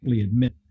admit